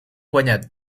guanyat